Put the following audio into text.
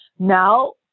Now